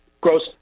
gross